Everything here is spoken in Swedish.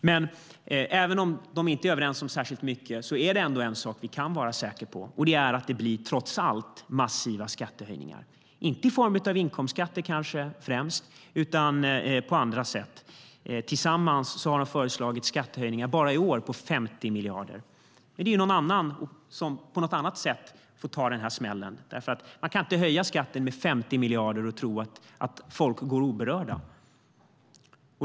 Men även om de inte är överens om särskilt mycket är det ändå en sak som vi kan vara säkra på, och det är att det trots allt blir massiva skattehöjningar, kanske inte främst i form av inkomstskatter utan på andra sätt. Tillsammans har de föreslagit skattehöjningar bara i år på 50 miljarder. Men det är någon annan som på något annat sätt får ta denna smäll. Man kan inte höja skatten med 50 miljarder och tro att folk går oberörda.